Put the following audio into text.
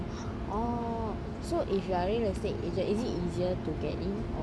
orh so if you're real estate agent is it easier to get in or